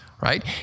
right